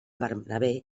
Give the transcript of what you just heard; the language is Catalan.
bernabé